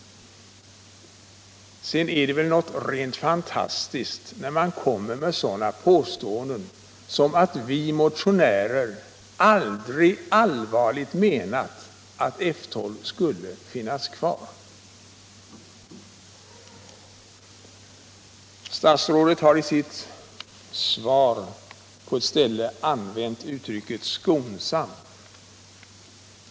Vidare är det väl rent fantastiskt när herr Nilsson kommer med sådana påståenden som att vi motionärer aldrig allvarligt menat att F 12 skulle finnas kvar. Statsrådet har i sitt svar på ett ställe använt uttrycket ”skonsam”.